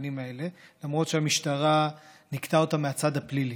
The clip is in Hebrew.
השחקנים האלה למרות שהמשטרה ניקתה אותם מהצד הפלילי.